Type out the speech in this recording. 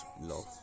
love